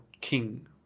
king